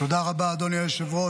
תודה רבה, אדוני היושב-ראש.